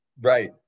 Right